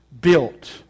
built